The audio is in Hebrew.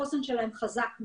שהחוסן שלהם חזק מאוד,